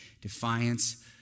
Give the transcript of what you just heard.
defiance